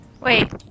Wait